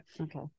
Okay